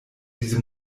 diese